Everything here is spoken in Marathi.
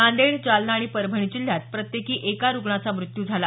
नांदेड जालना आणि परभणी जिल्ह्यात प्रत्येकी एका रुग्णाचा मृत्यू झाला